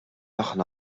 aħna